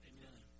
Amen